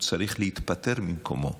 הוא צריך להתפטר ממקומו.